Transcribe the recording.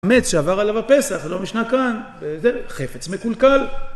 חמץ שעבר עליו הפסח, לא משנה כאן, זה חפץ מקולקל.